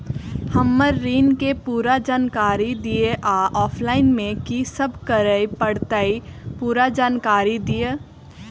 हम्मर ऋण केँ पूरा जानकारी दिय आ ऑफलाइन मे की सब करऽ पड़तै पूरा जानकारी दिय?